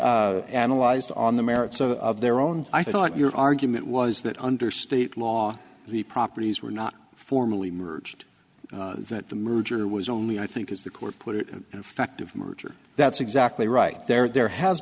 analyzed on the merits of their own i thought your argument was that under state law the properties were not formally merged that the merger was only i think is the core put it in fact of merger that's exactly right there there has